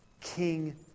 King